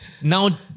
Now